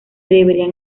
deberían